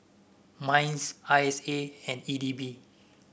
Minds I S A and E D B